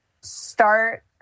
start